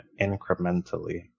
incrementally